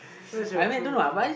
where's your true